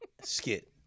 Skit